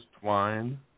Twine